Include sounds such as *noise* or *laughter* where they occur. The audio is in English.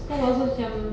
*laughs*